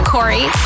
Corey